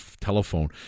telephone